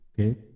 okay